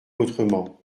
autrement